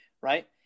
right